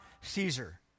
Caesar